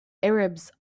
arabs